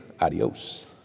Adios